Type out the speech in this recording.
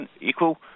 equal